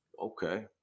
Okay